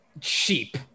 cheap